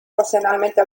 ocasionalmente